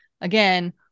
again